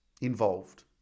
involved